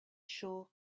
sure